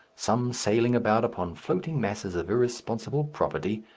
some sailing about upon floating masses of irresponsible property,